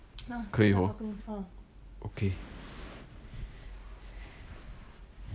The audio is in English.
可以 orh okay